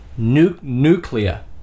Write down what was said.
Nuclear